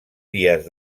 dies